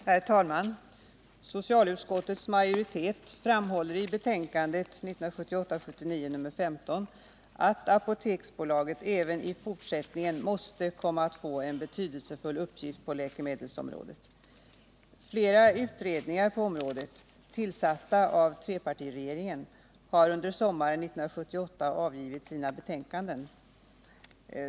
Herr talman! Socialutskottets majoritet framhåller i betänkandet 1978/ 79:15 att Apoteksbolaget även i fortsättningen måste komma att få en betydelsefull uppgift på läkemedelsområdet. Flera utredningar på området, tillsatta av trepartiregeringen, har under sommaren 1978 avgivit sina betänkanden.